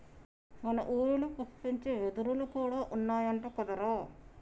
మన ఊరిలో పుష్పించే వెదురులు కూడా ఉన్నాయంట కదరా